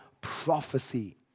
prophecy